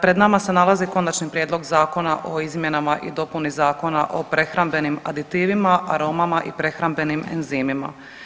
Pred nama se nalazi Konačni prijedlog zakona o izmjenama i dopuni Zakona o prehrambenim aditivima, aromama i prehrambenim enzimima.